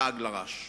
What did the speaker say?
לעג לרש.